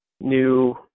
new